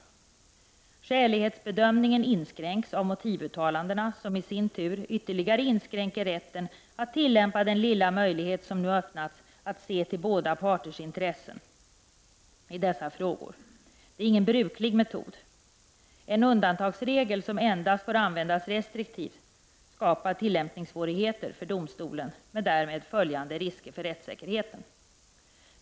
Skälighetsbedömningen inskränks av motivuttalandena, som i sin tur ytterligare inskränker rätten att tillämpa den lilla möjlighet som nu har öppnats att se till båda parters intressen i dessa frågor. Det är ingen bruklig metod. En undantagsregel som endast får användas restriktivt skapar tillämpningssvårigheter för domstolen med därmed följande risker för rättssäkerheten.